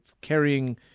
carrying